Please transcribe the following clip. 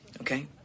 okay